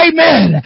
Amen